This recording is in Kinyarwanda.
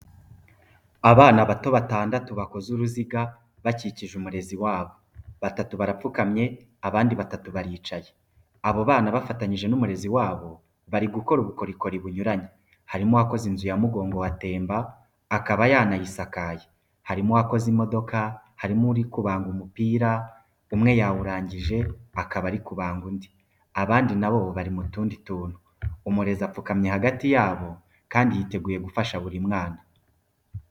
Abana bato batandatu bakoze uruziga, bakikije umurezi wabo. Batatu barapfukamye, abandi batatu baricaye. Abo bana bafatanyije n'umurezi wabo, bari gukora ubukorikori bunyuranye. Harimo uwakoze inzu ya mugongo wa temba, akaba yanayisakaye, harimo uwakoze imodoka, harimo urimo kubanga imipira, umwe yawurangije, ari kubanga undi, abandi na bo bari mu tundi tuntu. Umurezi apfukamye hagati yabo kandi yiteguye gufasha buri mwana.